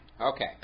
Okay